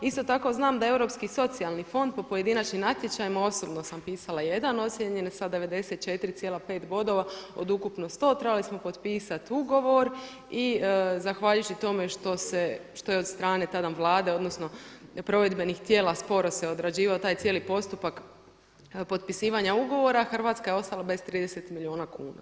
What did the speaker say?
Isto tako znam da je Europski socijalni fond po pojedinačnim natječajima, osobno sam pisala jedan ocijenjen sa 94,5 bodova od ukupno 100, trebali smo potpisati ugovor i zahvaljujući tome što je od strane tada Vlade, odnosno provedbenim tijela sporo se odrađivao taj cijeli postupak potpisivanja ugovora, Hrvatska je ostala bez 30 milijuna kuna.